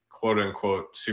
quote-unquote